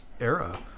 era